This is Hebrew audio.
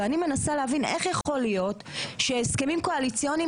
ואני מנסה להבין איך יכול להיות שהסכמים קואליציוניים